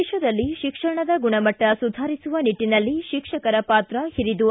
ದೇಶದಲ್ಲಿ ಶಿಕ್ಷಣದ ಗುಣಮಟ್ಟ ಸುಧಾರಿಸುವ ನಿಟ್ಟನಲ್ಲಿ ಶಿಕ್ಷಕರ ಪಾತ್ರ ಹಿರಿದು